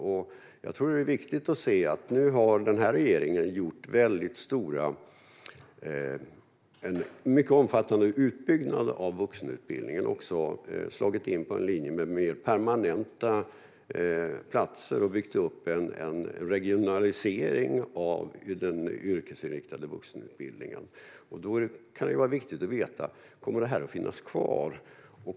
Jag tror att det är viktigt att se att den här regeringen har genomfört en mycket omfattande utbyggnad av vuxenutbildningen och slagit in på en linje med mer permanenta utbildningsplatser. Man har också byggt upp en regionalisering av den yrkesinriktade vuxenutbildningen. Då kan det vara viktigt att veta om det kommer att finnas kvar.